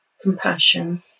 compassion